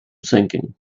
sinking